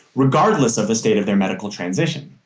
regardless of the state of their medical transition.